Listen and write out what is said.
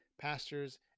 pastors